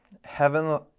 heaven